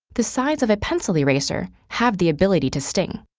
the size of a pencil eraser, have the ability to sting.